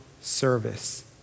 service